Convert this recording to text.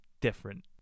different